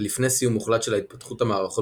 ולפני סיום מוחלט של התפתחות המערכות